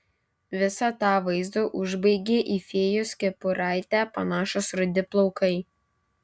visą tą vaizdą užbaigė į fėjos kepuraitę panašūs rudi plaukai